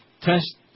Test